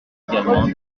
également